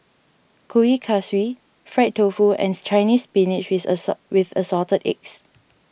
Kuih Kaswi Fried Tofu ends Chinese Spinach with Assort with Assorted Eggs